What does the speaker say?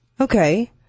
Okay